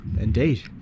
Indeed